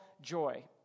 joy